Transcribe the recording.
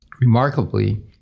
Remarkably